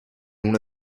una